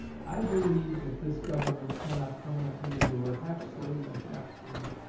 i believe that this government cannot permanently endure half slave and half free,